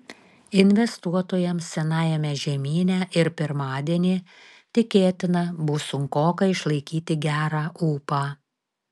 investuotojams senajame žemyne ir pirmadienį tikėtina bus sunkoka išlaikyti gerą ūpą